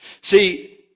See